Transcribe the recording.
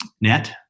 net